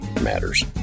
matters